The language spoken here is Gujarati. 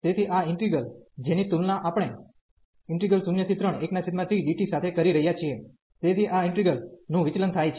તેથી આ ઈન્ટિગ્રલ જેની તુલના આપણે 031tdt સાથે કરી રહ્યા છીએ તેથી આ ઈન્ટિગ્રલ નું વિચલન થાય છે